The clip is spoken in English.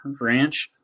ranch